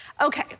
Okay